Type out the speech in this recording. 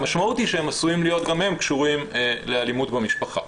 המשמעות היא שהם עשויים להיות גם הם קשורים לאלימות במשפחה.